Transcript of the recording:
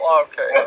okay